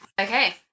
Okay